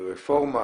רפורמה